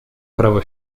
prawo